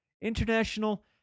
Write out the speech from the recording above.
International